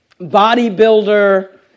bodybuilder